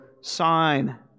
sign